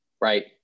right